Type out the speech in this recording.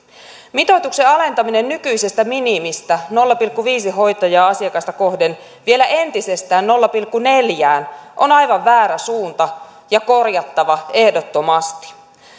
mitoituksen alentaminen nykyisestä minimistä nolla pilkku viisi hoitajaa asiakasta kohden vielä entisestään nolla pilkku neljään on aivan väärä suunta ja korjattava ehdottomasti